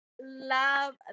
love